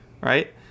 right